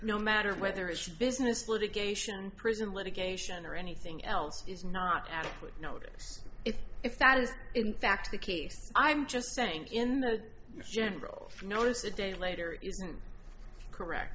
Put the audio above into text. no matter whether it should business litigation prison litigation or anything else is not adequate notice if that is in fact the case i'm just saying in the general notice a day later it isn't correct